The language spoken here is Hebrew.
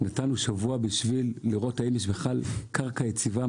כאשר נתנו שבוע כדי לראות האם יש בכלל קרקע יציבה,